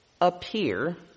appear